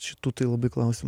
šitų tai labai klausimų